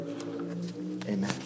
amen